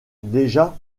déjà